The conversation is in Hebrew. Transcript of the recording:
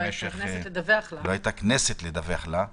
לא היתה כנסת לדווח לה,